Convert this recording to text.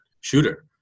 shooter